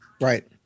Right